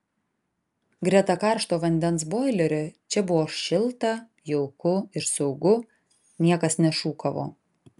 greta karšto vandens boilerio čia buvo šilta jauku ir saugu niekas nešūkavo